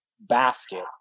basket